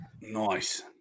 Nice